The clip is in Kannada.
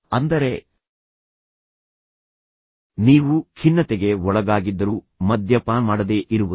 ಒಳ್ಳೆಯ ಅಭ್ಯಾಸವನ್ನು ನೀವು ಬೆಳೆಸಿಕೊಂಡಿದ್ದೀರಾ ಎಂದು ತಿಳಿಯಲು ಒರೆಹಚ್ಚುವ ಸಮಯಗಳಿವೆ ಅಂದರೆ ನೀವು ಖಿನ್ನತೆಗೆ ಒಳಗಾಗಿದ್ದರು ಮದ್ಯಪಾನ ಮಾಡದೇ ಇರುವುದು